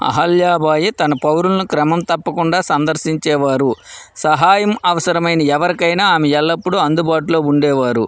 అహల్యా బాయి తన పౌరులను క్రమం తప్పకుండా సందర్శించేవారు సహాయం అవసరమైన ఎవరికైనా ఆమె ఎల్లప్పుడూ అందుబాటులో ఉండేవారు